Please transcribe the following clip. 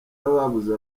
y’ababuze